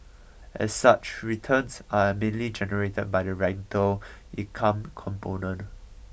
as such returns are mainly generated by the rental income component